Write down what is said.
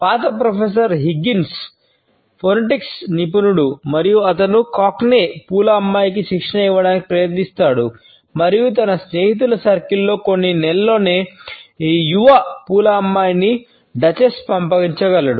paralanguage పంపించగలడు